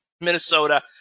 Minnesota